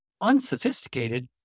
Unsophisticated